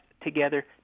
together